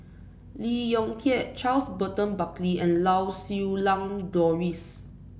Lee Yong Kiat Charles Burton Buckley and Lau Siew Lang Doris